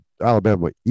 Alabama